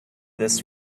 this